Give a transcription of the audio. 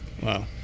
Wow